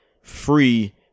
free